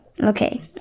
okay